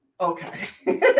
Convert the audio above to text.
Okay